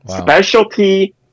specialty